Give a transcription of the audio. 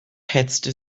hetzte